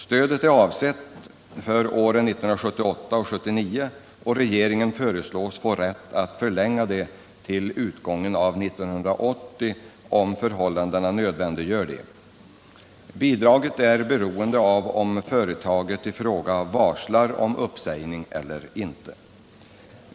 Stödet är avsett för åren 1978 och 1979, och regeringen föreslås få rätt att förlänga det till utgången av 1980, om förhållandena nödvändiggör detta. Bidraget är beroende av om företaget i fråga varslar om uppsägning eller inte.